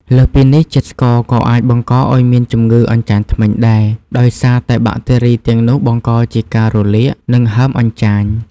លើសពីនេះ ជាតិស្ករក៏អាចបង្កឱ្យមានជំងឺអញ្ចាញធ្មេញដែរ ដោយសារតែបាក់តេរីទាំងនោះបង្កជាការរលាក និងហើមអញ្ចាញ។